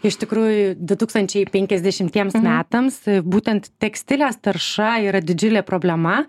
iš tikrųjų du tūkstančiai penkiasdešimtiems metams būtent tekstilės tarša yra didžiulė problema